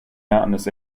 mountains